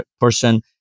person